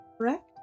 correct